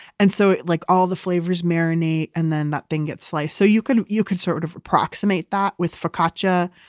and so like all the flavors marinate and then that thing gets sliced so you could you could sort of approximate that with focaccia.